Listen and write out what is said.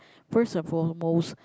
first and foremost